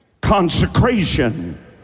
consecration